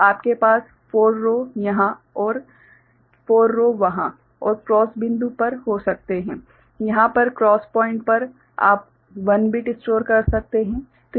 तो आपके पास 4 रो यहाँ और 4 रो वहाँ और क्रॉस बिंदु पर हो सकते हैं यहाँ पर क्रॉस पॉइंट पर आप 1 बिट स्टोर कर सकते हैं